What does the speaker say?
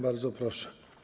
Bardzo proszę.